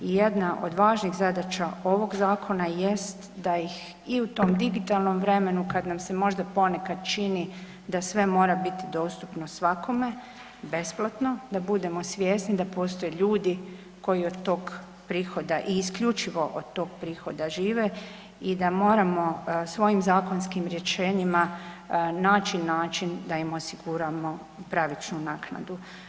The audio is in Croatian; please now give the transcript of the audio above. Jedna od važnih zadaća ovog zakona jest da ih i u tom digitalnom vremenu kad nam se možda ponekad čini da se mora biti dostupno svakome besplatno, da budemo svjesni da postoje ljudi koji tog prihoda i isključivo od tog prihoda žive i da moramo svojim zakonskim rješenjima naći način da im osiguramo pravičnu naknadu.